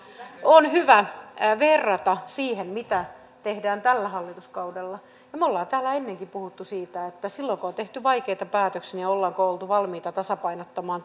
on hyvä verrata siihen mitä tehdään tällä hallituskaudella me olemme täällä ennenkin puhuneet siitä että silloin kun on tehty vaikeita päätöksiä ollaan oltu valmiita tasapainottamaan